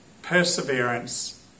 perseverance